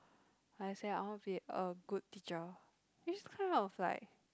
I say I want be a good teacher which is kind of like